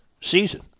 season